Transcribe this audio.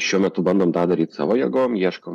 ir šiuo metu bandom tą daryti savo jėgom ieškom